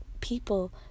people